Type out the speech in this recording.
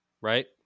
right